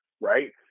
right